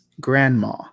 grandma